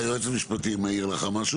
היועץ המשפטי מעיר לך משהו.